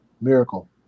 Miracle